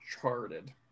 charted